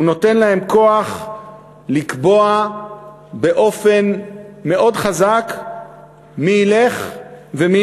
הוא נותן להם כוח לקבוע באופן מאוד חזק מי ילך ומי